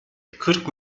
kırk